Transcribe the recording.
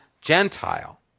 Gentile